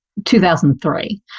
2003